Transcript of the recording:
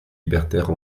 libertaire